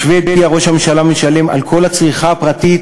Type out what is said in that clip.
בשבדיה ראש הממשלה משלם על כל הצריכה הפרטית,